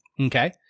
Okay